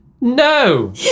No